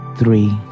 three